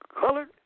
colored